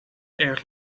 erg